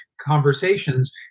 conversations